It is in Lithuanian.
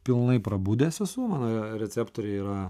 pilnai prabudęs esu mano receptoriai yra